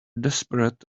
desperate